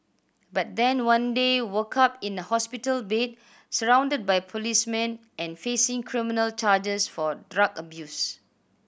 but then one day woke up in a hospital bed surrounded by policemen and facing criminal charges for drug abuse